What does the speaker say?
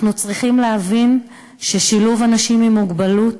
אנחנו צריכים להבין ששילוב של אנשים עם מוגבלות